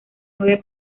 nueve